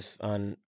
on